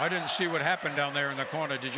don't see what happened down there in the corner did